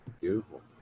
Beautiful